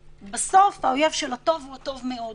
בסוף האויב של הטוב הוא הטוב מאוד,